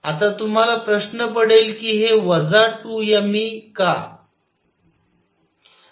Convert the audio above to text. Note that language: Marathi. आता तुम्हाला प्रश्न पडेल की हे वजा 2 m E का